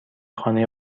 خانه